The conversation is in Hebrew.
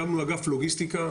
הקמנו אגף לוגיסטיקה,